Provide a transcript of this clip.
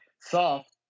soft